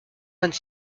vingt